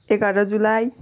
एघार जुलाई